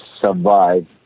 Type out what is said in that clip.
survive